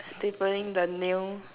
stapling the nail